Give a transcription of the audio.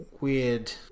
weird